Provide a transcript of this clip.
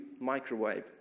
microwave